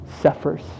suffers